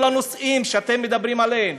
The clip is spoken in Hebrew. כל הנושאים שאתם מדברים עליהם,